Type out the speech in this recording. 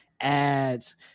ads